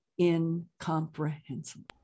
incomprehensible